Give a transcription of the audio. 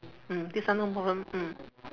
mm this one no problem mm